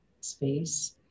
space